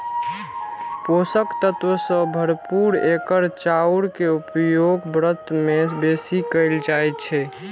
पोषक तत्व सं भरपूर एकर चाउर के उपयोग व्रत मे बेसी कैल जाइ छै